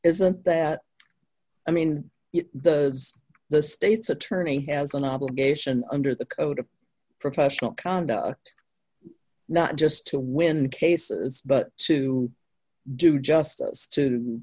isn't that i mean it is the state's attorney has an obligation under the code of professional conduct not just to win cases but to do just